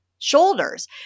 Shoulders